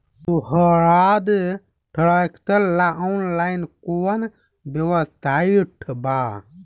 सोहराज tractor ला online कोउन website बा?